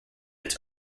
its